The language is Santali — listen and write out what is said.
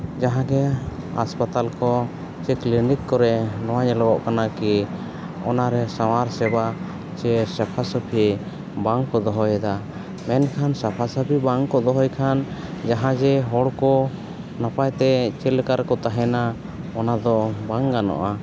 ᱡᱟᱦᱟᱸᱜᱮ ᱦᱟᱥᱯᱟᱛᱟᱞ ᱠᱚ ᱪᱮ ᱠᱞᱤᱱᱤᱠ ᱠᱚᱨᱮ ᱱᱚᱣᱟ ᱧᱮᱞᱚᱜ ᱠᱟᱱᱟ ᱠᱤ ᱚᱱᱟᱨᱮ ᱥᱟᱶᱟᱨ ᱥᱮᱵᱟ ᱥᱮ ᱥᱟᱯᱷᱟ ᱥᱟᱹᱯᱷᱤ ᱵᱟᱝ ᱠᱚ ᱫᱚᱦᱚᱭᱮᱫᱟ ᱢᱮᱱᱠᱷᱟᱱ ᱥᱟᱯᱷᱟ ᱥᱟᱹᱯᱷᱤ ᱵᱟᱝᱠᱚ ᱫᱚᱦᱚᱭ ᱠᱷᱟᱱ ᱡᱟᱦᱟᱸ ᱡᱮ ᱦᱚᱲ ᱠᱚ ᱱᱟᱯᱟᱭ ᱛᱮ ᱪᱮᱫ ᱞᱮᱠᱟ ᱨᱮᱠᱚ ᱛᱟᱦᱮᱱᱟ ᱚᱱᱟᱫᱚ ᱵᱟᱝ ᱜᱟᱱᱚᱜᱼᱟ